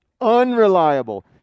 Unreliable